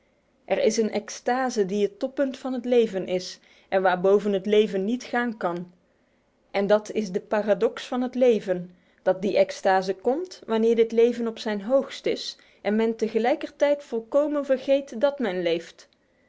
er is een extase die het toppunt van het leven is en waarboven het leven niet gaan kan en het is de paradox van het leven dat die extase komt wanneer dit leven op zijn hoogst is en men tegelijkertijd volkomen vergeet dat men leeft